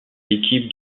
l’équipe